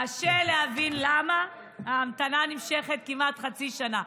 קשה להבין למה ההמתנה נמשכת כמעט חצי שנה.